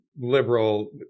liberal